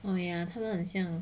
oh ya 他们很像